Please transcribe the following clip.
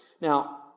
Now